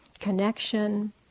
connection